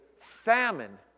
famine